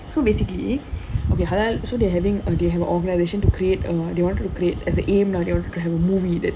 so basically okay halal so they're having uh they have a organisation to create uh they want to create as a aim lah